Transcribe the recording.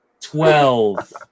twelve